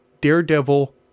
Daredevil